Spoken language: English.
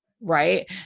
right